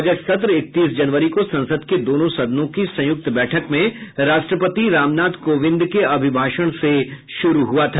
budget सत्र इकतीस जनवरी को संसद के दोनों सदनों की संयुक्त बैठक में राष्ट्रपति रामनाथ कोविंद के अभिभाषण से शुरू हुआ था